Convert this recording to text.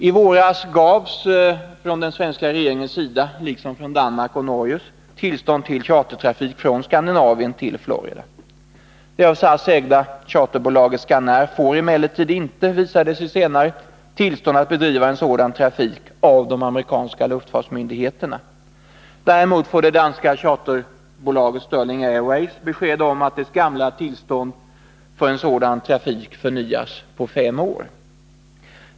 I våras gavs från den svenska regeringens sida, liksom från Danmarks och Norges, tillstånd till chartertrafik från Skandinavien till Florida. Det av SAS ägda charterbolaget Scanair får emellertid inte, visar det sig senare, tillstånd av de amerikanska luftfartsmyndigheterna att bedriva sådan trafik. Däremot får det danska charterbolaget Sterling Airways besked om att dess gamla tillstånd för sådan trafik förnyas på fem år.